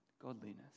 godliness